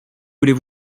voulez